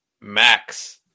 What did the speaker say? max